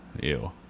ew